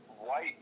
White